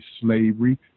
slavery